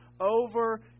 over